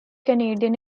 canadian